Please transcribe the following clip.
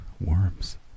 Worms